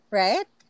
right